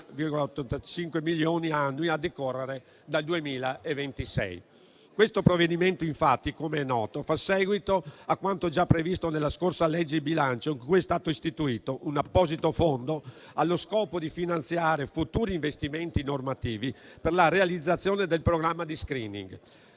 Questo provvedimento, com'è noto, fa seguito a quanto già previsto nella scorsa legge bilancio, in cui è stato istituito un apposito fondo allo scopo di finanziare futuri investimenti normativi per la realizzazione del programma di *screening*